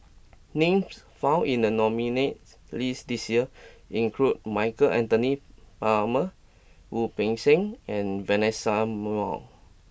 names found in the nominees' list this year include Michael Anthony Palmer Wu Peng Seng and Vanessa Mae